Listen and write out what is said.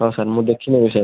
ହଁ ସାର୍ ମୁଁ ଦେଖି ନେବି ସାର୍